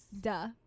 Duh